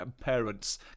Parents